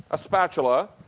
a spatula